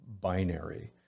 binary